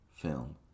film